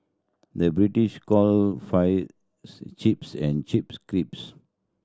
the British call fries chips and chips creeps